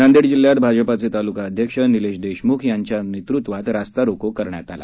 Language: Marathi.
नांदेड जिल्ह्यात भाजपाचे तालुका अध्यक्ष निलेश देशमुख यांच्या नेतृत्वात रास्तारोको करण्यात आला